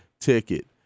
ticket